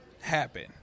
happen